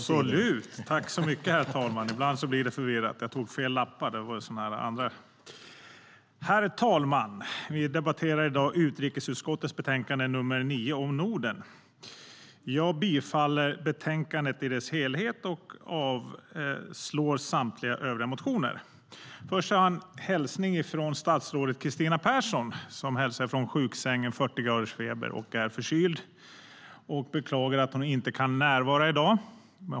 Herr talman! Vi debatterar i dag utrikesutskottets betänkande nr 9 om Norden. Jag yrkar bifall till utskottets förslag i betänkandet i dess helhet och avslag på samtliga övriga motioner. Jag har först en hälsning från statsrådet Kristina Persson, som hälsar från sjuksängen med 40 graders feber. Hon är förkyld och beklagar att hon inte kan närvara i dag.